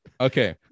Okay